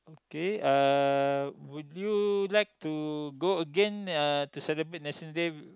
okay uh would you like to go again uh to celebrate National Day